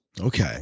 Okay